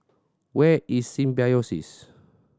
where is Symbiosis